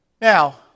Now